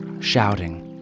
shouting